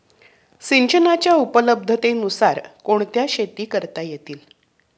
सिंचनाच्या उपलब्धतेनुसार कोणत्या शेती करता येतील?